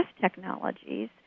technologies